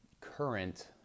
current